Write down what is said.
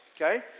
okay